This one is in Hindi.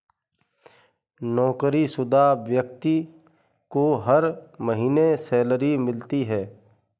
नौकरीशुदा व्यक्ति को हर महीने सैलरी मिलती है